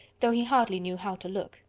though he hardly knew how to look,